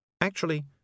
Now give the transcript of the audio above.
Actually